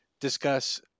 discuss